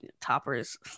Topper's